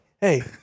hey